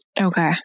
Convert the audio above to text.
Okay